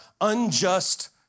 unjust